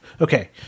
Okay